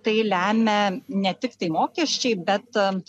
tai lemia ne tiktai mokesčiai bet